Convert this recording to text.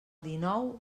dinou